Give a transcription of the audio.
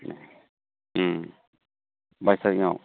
बाइस टारिखाव